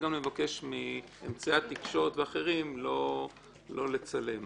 נבקש מאמצעי התקשורת ואחרים לא לצלם.